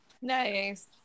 Nice